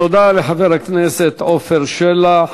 תודה לחבר הכנסת עפר שלח.